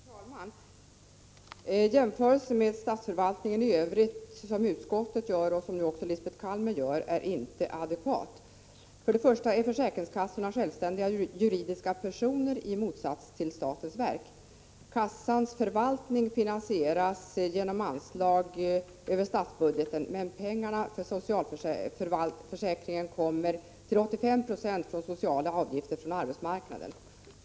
Herr talman! Den jämförelse med statsförvaltningen i övrigt som utskottet gör och som nu också Lisbet Calner gör är inte adekvat. Försäkringskassorna är självständiga juridiska personer i motsats till statens verk. Kassans förvaltning finansieras genom anslag över statsbudgeten, men pengarna för socialförsäkringen kommer till 85 96 från sociala avgifter från arbetsmarknaden.